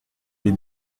les